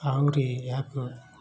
ଆହୁରି ଏହାକୁ